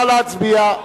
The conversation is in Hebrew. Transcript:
נא להצביע.